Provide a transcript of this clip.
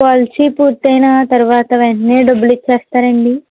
policy పూర్తయిన తర్వాత వెంటనే డబ్బులు ఇచ్చేస్తారా అండి